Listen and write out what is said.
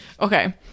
okay